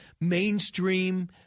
mainstream